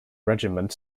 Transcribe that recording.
regiment